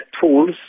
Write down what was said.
tools